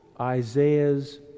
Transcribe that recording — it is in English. Isaiah's